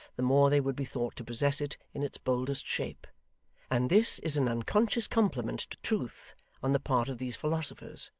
the more they would be thought to possess it in its boldest shape and this is an unconscious compliment to truth on the part of these philosophers,